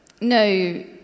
no